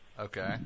Okay